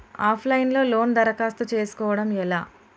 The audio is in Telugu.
ఆఫ్ లైన్ లో లోను దరఖాస్తు చేసుకోవడం ఎలా?